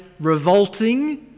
revolting